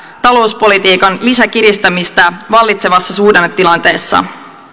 talouspolitiikan lisäkiristämistä vallitsevassa suhdannetilanteessa